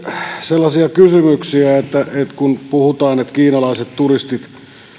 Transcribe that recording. sellaisia kysymyksiä että kun puhutaan että kiinalaiset turistit